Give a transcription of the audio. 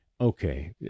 okay